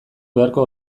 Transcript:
beharko